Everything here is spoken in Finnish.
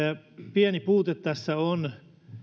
pieni puute tässä on